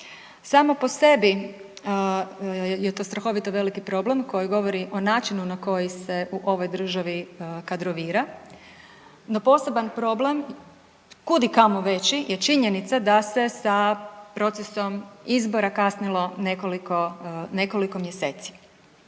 Samo po sebi je to strahovito veliki problem koji govori o načinu na koji se u ovoj državi kadrovira, no poseban problem kud i kamo veći je činjenica da se sa procesom izbora kasnilo nekoliko mjeseci.